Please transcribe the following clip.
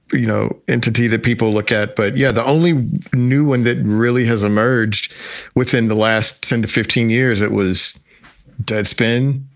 you know, entity that people look at. but yeah, the only new one that really has emerged within the last ten to fifteen years, it was deadspin,